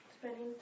Spending